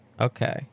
Okay